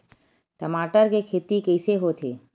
टमाटर के खेती कइसे होथे?